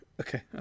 Okay